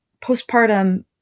postpartum